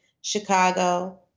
Chicago